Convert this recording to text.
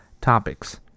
topics